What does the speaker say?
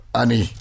ani